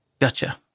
Gotcha